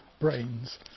brains